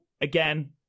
again